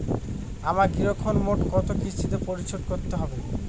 আমার গৃহঋণ মোট কত কিস্তিতে পরিশোধ করতে হবে?